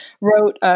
wrote